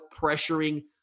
pressuring